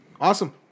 Awesome